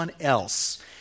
else